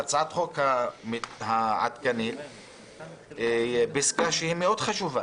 בהצעת החוק העדכנית פסקה שהיא מאוד חשובה,